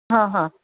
हां हां